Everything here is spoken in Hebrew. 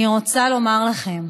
אני רוצה לומר לכם,